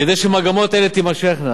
כדי שמגמות אלה תימשכנה